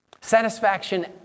Satisfaction